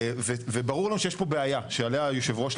וברור לנו שיש לנו בעיה שעליה יושב הראש,